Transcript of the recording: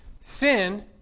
Sin